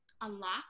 unlock